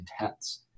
intense